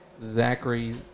Zachary